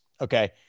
okay